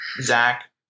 Zach